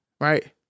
right